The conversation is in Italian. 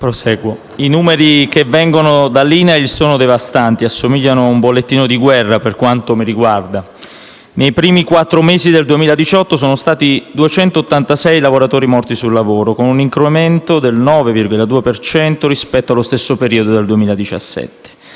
I numeri che vengono dall'INAIL sono devastanti e assomigliano a un bollettino di guerra, per quanto mi riguarda. Nei primi quattro mesi del 2018 sono stati 286 i lavoratori morti sul lavoro, con un incremento del 9,2 per cento rispetto allo stesso periodo del 2017.